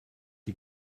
die